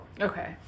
Okay